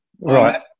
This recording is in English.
Right